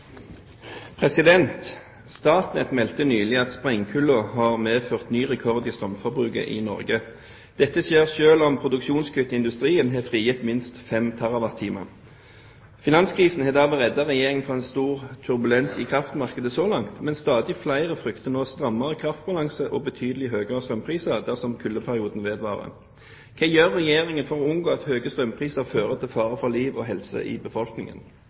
meldte nylig at sprengkulden har medført ny rekord i strømforbruket i Norge. Dette skjer selv etter at produksjonskutt i industrien har frigitt minst 5 TWh. Finanskrisen har derved reddet Regjeringen fra stor turbulens i kraftmarkedet så langt, men stadig flere frykter nå strammere kraftbalanse og betydelig høyere strømpriser dersom kuldeperioden vedvarer. Hva gjør Regjeringen for å unngå at høye strømpriser fører til fare for liv og helse i befolkningen?»